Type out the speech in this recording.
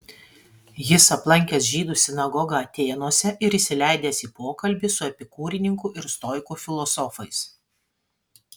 jis aplankęs žydų sinagogą atėnuose ir įsileidęs į pokalbį su epikūrininkų ir stoikų filosofais